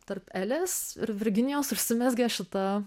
tarp elės ir virginijos užsimezgė šita